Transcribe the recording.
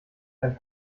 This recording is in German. dein